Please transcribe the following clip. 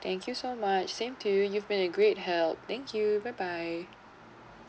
thank you so much same to you you've been a great help thank you bye bye